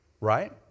Right